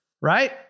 right